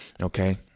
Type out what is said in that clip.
okay